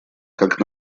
как